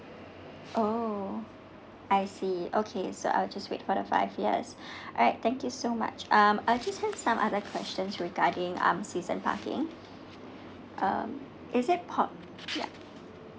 oh I see okay so I'll just wait for the five yes alright thank you so much um I just have some other questions regarding um season parking um is it pop~ ya